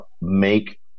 make